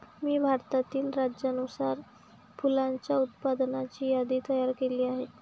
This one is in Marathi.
मी भारतातील राज्यानुसार फुलांच्या उत्पादनाची यादी तयार केली आहे